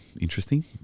interesting